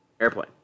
airplane